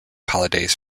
holidays